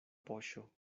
poŝo